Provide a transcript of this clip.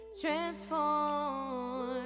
Transform